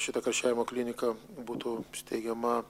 šita karščiavimo klinika būtų steigiama